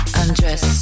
undress